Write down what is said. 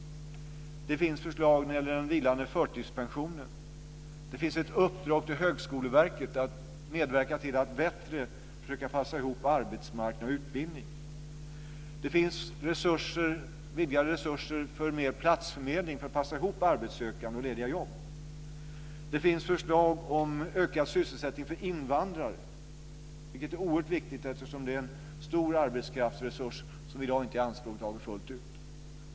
Det finns förslag när det gäller den vilande förtidspensionen. Det finns ett uppdrag till Högskoleverket att medverka till att bättre passa ihop arbetsmarknad och utbildning. Det finns vidgade resurser för mer platsförmedling för att passa ihop arbetssökande och lediga jobb. Det finns förslag om ökad sysselsättning för invandrare, vilket är oerhört viktigt eftersom de är en stor arbetskraftsresurs som vi i dag inte tar i anspråk fullt ut.